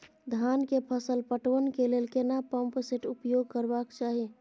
धान के फसल पटवन के लेल केना पंप सेट उपयोग करबाक चाही?